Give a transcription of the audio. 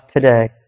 today